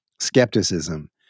skepticism